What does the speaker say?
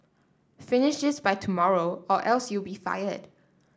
finish this by tomorrow or else you'll be fired